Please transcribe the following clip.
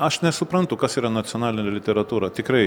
aš nesuprantu kas yra nacionalinė literatūra tikrai